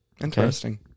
Interesting